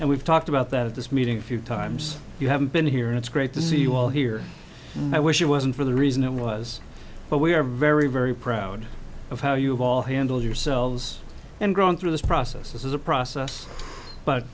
and we've talked about that at this meeting a few times you have been here and it's great to see you all here and i wish it wasn't for the reason it was but we are very very proud of how you have all handled yourselves and gone through this process this is a process but